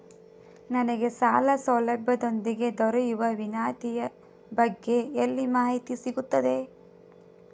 ನನಗೆ ಸಾಲ ಸೌಲಭ್ಯದೊಂದಿಗೆ ದೊರೆಯುವ ವಿನಾಯತಿಯ ಬಗ್ಗೆ ಎಲ್ಲಿ ಮಾಹಿತಿ ಸಿಗುತ್ತದೆ?